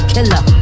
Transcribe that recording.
Killer